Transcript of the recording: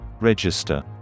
Register